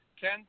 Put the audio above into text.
Ken